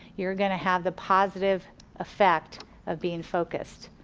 you're gonna have the positive effect of being focused.